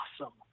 awesome